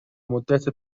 مدت